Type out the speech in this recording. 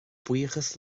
buíochas